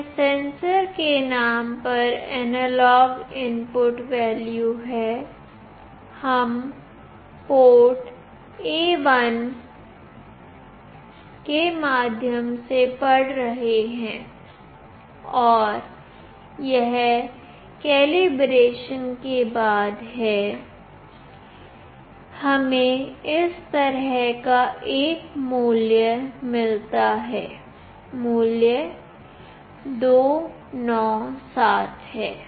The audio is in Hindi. यह सेंसर के नाम पर एनालॉग इनपुट वैल्यू है हम पोर्ट A1 के माध्यम से पढ़ रहे हैं और यह कलीब्रेशन के बाद है हमें इस तरह का एक मूल्य मिलता है मूल्य 297 है